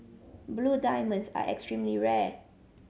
blue diamonds are extremely rare